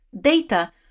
Data